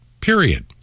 period